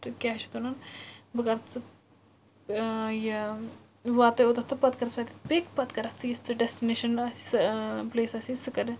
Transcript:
تہٕ کیٛاہ چھِ اتھ وَنان بہٕ کَرَتھ ژٕ ٲں یہِ بہٕ واتٔے اوٚتَتھ تہٕ پَتہٕ کَرَتھ ژٕ اَتیٚتھ پِک پَتہٕ کَرَتھ ژٕ یۄس ژےٚ ڈیٚسٹِنیشَن آسی سۄ ٲں پٕلیس آسی سُہ کَرِ